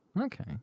okay